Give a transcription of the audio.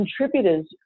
contributors